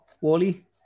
Wally